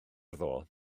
ddoe